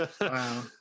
wow